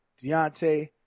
Deontay